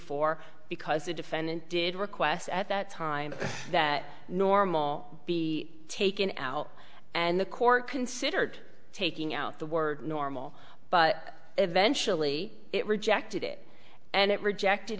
four because the defendant did requests at that time that normal be taken out and the court considered taking out the word normal but eventually it rejected it and it rejected